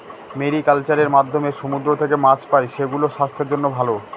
mariculture এর মাধ্যমে সমুদ্র থেকে মাছ পাই, সেগুলো স্বাস্থ্যের জন্য ভালো